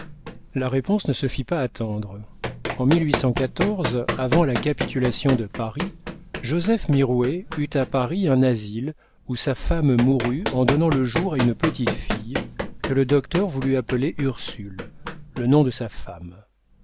la réponse ne se fit pas attendre en avant la capitulation de paris joseph mirouët eut à paris un asile où sa femme mourut en donnant le jour à une petite fille que le docteur voulut appeler ursule le nom de sa femme